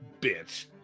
bitch